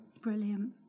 Brilliant